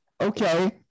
okay